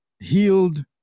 healed